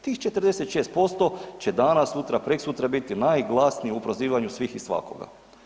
Tih 46% će danas, sutra, preksutra biti najglasniji u prozivanju svih i svakoga.